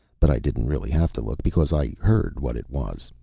but i didn't really have to look because i heard what it was.